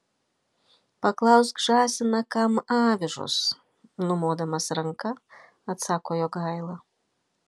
paklausk žąsiną kam avižos numodamas ranka atsako jogaila